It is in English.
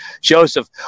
Joseph